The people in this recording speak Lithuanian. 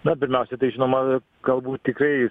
na pirmiausia tai žinoma galbūt tikrai